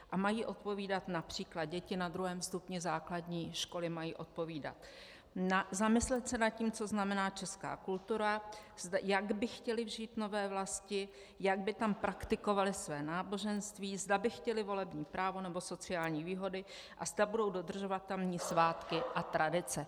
A mají odpovídat například děti na druhém stupni základní školy: zamyslet se nad tím, co znamená česká kultura, jak by chtěly žít v nové vlasti, jak by tam praktikovaly své náboženství, zda by chtěly volební právo nebo sociální výhody a zda budou dodržovat tamní svátky a tradice.